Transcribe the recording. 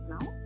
now